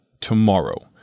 tomorrow